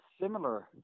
similar